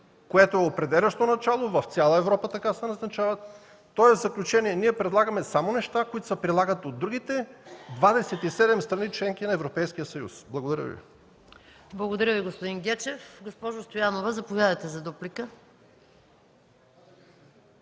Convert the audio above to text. което е определящо начало. В цяла Европа така се назначават. Тоест, в заключение, ние предлагаме само неща, които се прилагат от другите 27 страни – членки на Европейския съюз. ПРЕДСЕДАТЕЛ МАЯ МАНОЛОВА: Благодаря Ви, господин Гечев. Госпожо Стоянова, заповядайте за дуплика.